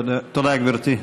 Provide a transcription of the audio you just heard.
תודה, גברתי.